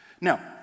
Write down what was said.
Now